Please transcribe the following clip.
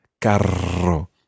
Carro